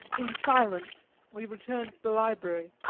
in silence we returned to the library,